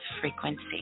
frequency